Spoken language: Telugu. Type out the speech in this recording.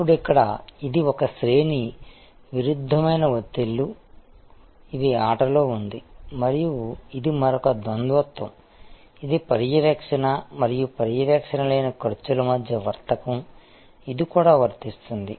ఇప్పుడు ఇక్కడ ఇది ఒక శ్రేణి విరుద్ధమైన ఒత్తిళ్లు ఇది ఆటలో ఉంది మరియు ఇది మరొక ద్వంద్వత్వం ఇది పర్యవేక్షణ మరియు పర్యవేక్షణ లేని ఖర్చుల మధ్య వర్తకం ఇది కూడా వర్తిస్తుంది